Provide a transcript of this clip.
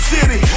City